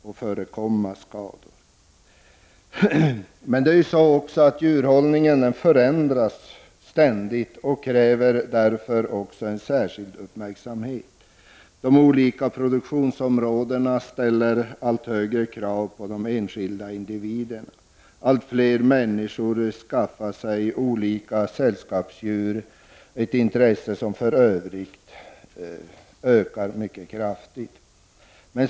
Med hjälp av lagen skall också skador kunna förekommas. Djurhållningen förändras ständigt och kräver därför särskild uppmärksamhet. De olika produktionsområdena ställer allt högre krav på de enskilda individerna. Allt fler människor skaffar sig sällskapsdjur, ett intresse som har blivit allt större.